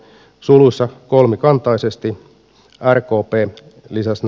rkp lisäsi nämä sulut